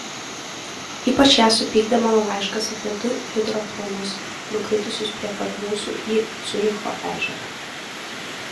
ypač ją supykdė mano laiškas apie du hidroplanus nukritusius prie pat mūsų į ciuricho ežerą